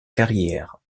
carrière